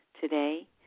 Today